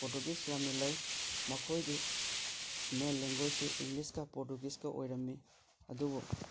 Portuguese ꯌꯥꯝꯅ ꯂꯩ ꯃꯈꯣꯏꯒꯤ ꯃꯦꯟ ꯂꯦꯡꯒꯣꯏꯁꯁꯤ ꯏꯪꯂꯤꯁꯀ ꯄ꯭ꯔꯣꯇꯨꯒꯨꯏꯁꯀ ꯑꯣꯏꯔꯝꯃꯤ ꯑꯗꯨꯕꯨ